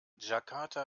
jakarta